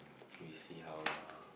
we see how lah